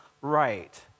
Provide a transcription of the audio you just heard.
right